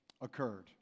occurred